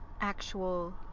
actual